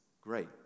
great